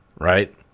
right